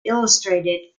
illustrated